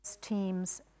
teams